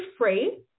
free